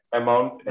amount